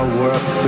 work